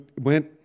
went